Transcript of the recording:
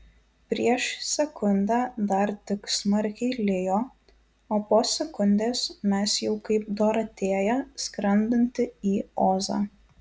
prieš sekundę dar tik smarkiai lijo o po sekundės mes jau kaip dorotėja skrendanti į ozą